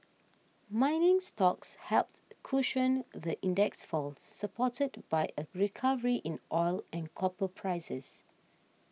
mining stocks helped cushion the index's fall supported by a recovery in oil and copper prices